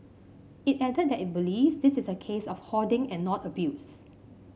it added that it believes this is a case of hoarding and not abuse